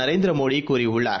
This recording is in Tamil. நரேந்திரமோடிகூறியுள்ளார்